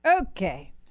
Okay